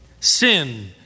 Sin